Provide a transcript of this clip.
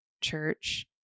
church